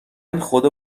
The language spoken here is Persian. خدا